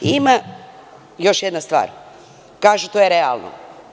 Ima još jedna stvar, kažete to je realno.